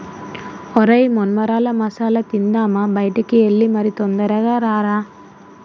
ఒరై మొన్మరాల మసాల తిందామా బయటికి ఎల్లి మరి తొందరగా రారా